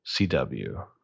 CW